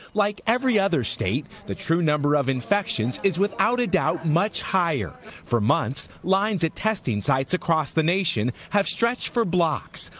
like every other state, the true number of infections is without a doubt much higher. for months lines at testing sites across the nation have stretched for blocks,